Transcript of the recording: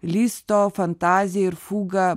listo fantazija ir fuga